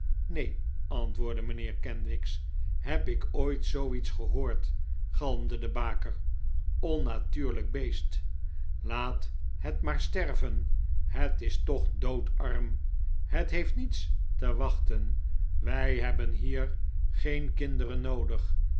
neen antwoordde mijnheer kenwigs heb ik ooit zooiets gehoord galmde de baker onnatuurlijk beest laat het maar sterven het is toch doodarm het heeft niets te wachten wij hebben hier geen kinderen noodig